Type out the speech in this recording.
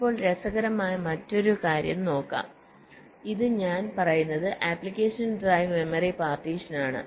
ഇപ്പോൾ രസകരമായ മറ്റൊരു കാര്യം നോക്കാം ഇത് ഞാൻ പറയുന്നത് ആപ്ലിക്കേഷൻ ഡ്രൈവ് മെമ്മറി പാർട്ടീഷൻ ആണ്